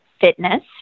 fitness